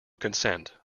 consent